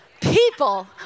people